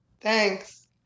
Thanks